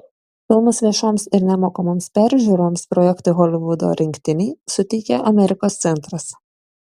filmus viešoms ir nemokamoms peržiūroms projektui holivudo rinktiniai suteikė amerikos centras